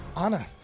Anna